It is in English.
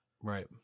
Right